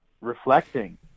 reflecting